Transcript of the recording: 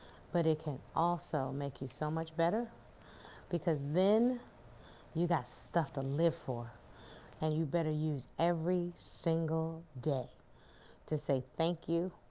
but it can also make you so much better because then you got stuff to live for and you better use every single day to say thank you,